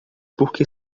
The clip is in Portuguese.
porque